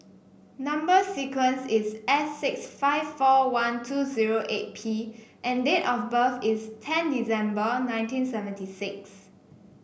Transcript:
number sequence is S six five four one two zero eight P and date of birth is ten December nineteen seventy six